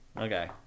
Okay